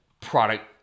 product